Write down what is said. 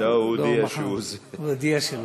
לא, הוא הודיע שהוא, הוא הודיע שלא.